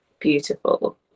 beautiful